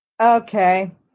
okay